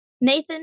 Nathan